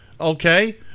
okay